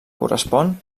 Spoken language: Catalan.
correspon